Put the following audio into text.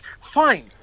fine